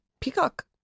Peacock